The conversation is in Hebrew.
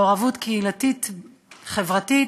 מעורבות קהילתית-חברתית,